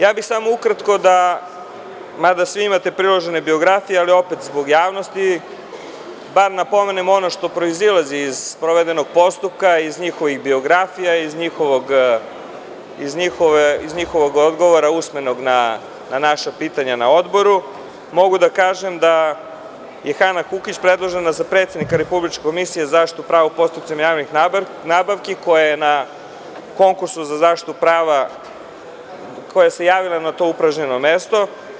Ja bih samo ukratko, mada svi imate priložene biografije, ali opet zbog javnosti, da napomenem ono što proizilazi iz sprovedenog postupka, iz njihovih biografija, iz njihovog usmenog odgovora na naša pitanja i mogu da kažem da je Hana Kukić predložena za predsednika Republičke komisije za zaštitu prava u postupcima javnih nabavki, koja se javila na to upražnjeno mesto.